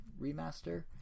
remaster